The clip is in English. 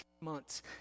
months